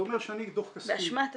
זה אומר שאני, דוח כספי --- באשמת השקיפות?